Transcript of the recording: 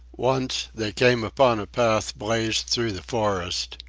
once, they came upon a path blazed through the forest,